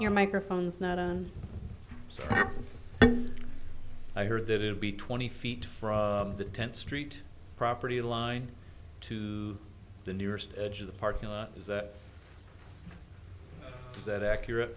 your microphone's not on rap i heard that it would be twenty feet from the tenth street property line to the nearest edge of the parking lot is that is that accurate